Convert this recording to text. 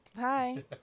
Hi